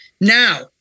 now